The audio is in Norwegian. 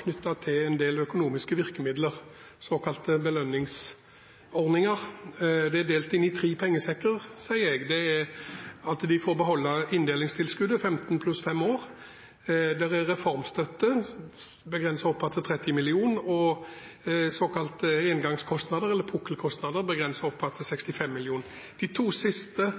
knyttet en del økonomiske virkemidler til det, såkalte belønningsordninger. De er delt inn i tre pengesekker, kaller jeg det. Det er at de får beholde inndelingstilskuddet, 15 pluss 5 år. Det er reformstøtte, begrenset oppad til 30 mill. kr, og engangskostnader, såkalte pukkelkostnader, begrenset oppad til 65 mill. kr. De to siste